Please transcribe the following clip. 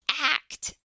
Act